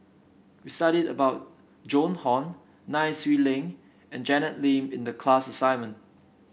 we studied about Joan Hon Nai Swee Leng and Janet Lim in the class assignment